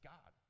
God